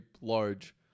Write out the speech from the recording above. large